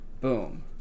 boom